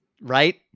Right